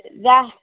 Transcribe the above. ଯା